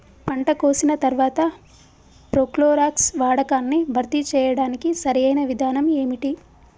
పంట కోసిన తర్వాత ప్రోక్లోరాక్స్ వాడకాన్ని భర్తీ చేయడానికి సరియైన విధానం ఏమిటి?